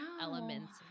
elements